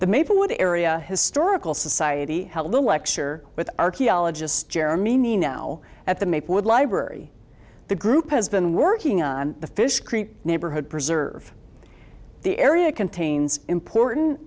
the maplewood area historical society held the lecture with archaeologist jeremy nino at the maplewood library the group has been working on the fish creek neighborhood preserve the area contains important